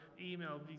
email